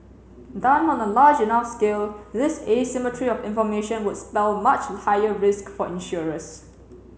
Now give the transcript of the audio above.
done on a large enough scale this asymmetry of information would spell much higher risk for insurers